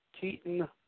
Keaton